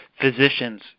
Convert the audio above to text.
physicians